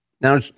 Now